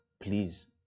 please